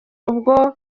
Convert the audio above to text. ubwo